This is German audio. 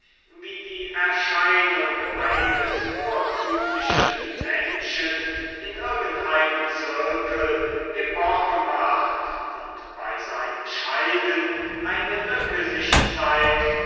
wie die erscheinung eines vorzüglichen menschen in irgendeinem zirkel epoche macht und bei seinem scheiden eine lücke sich zeigt